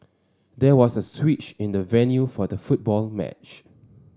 there was a switch in the venue for the football match